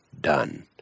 done